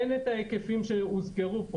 אין ההיקפים שהוזכרו פה.